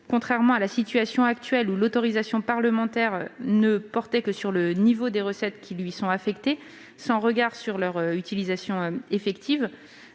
Contrairement à la situation actuelle, où l'autorisation parlementaire porte seulement sur le niveau des recettes affectées sans regard sur leur utilisation effective,